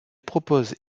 propose